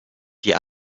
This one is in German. die